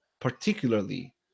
particularly